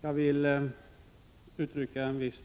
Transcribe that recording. Jag vill uttrycka en viss